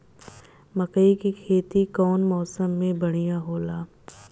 मकई के खेती कउन मौसम में बढ़िया होला?